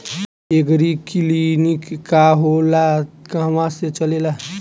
एगरी clinic का होला कहवा से चलेँला?